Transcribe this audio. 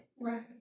Right